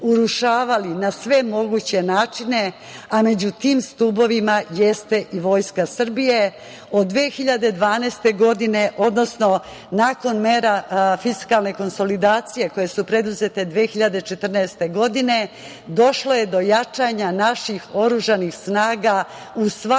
urušavali na sve moguće načine, a među tim stubovima jeste i Vojska Srbije, od 2012. godine, odnosno nakon mera fiskalne konsolidacije, koje su preduzete 2014. godine, došlo je do jačanja naših oružanih snaga u svakom